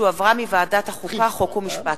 שהחזירה ועדת החוקה, חוק ומשפט.